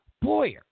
Boyer